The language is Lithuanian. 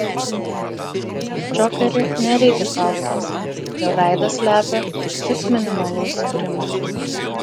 naujam džokeriui nereikia kaukės jo veidą slepia tik minimalus grimas